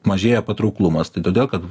mažėja patrauklumas tai todėl kad